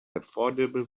affordable